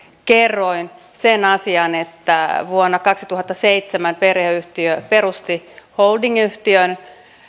kerroin sen asian että vuonna kaksituhattaseitsemän perheyhtiö perusti holdingyhtiön